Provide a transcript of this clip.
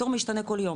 התור משתנה כל יום,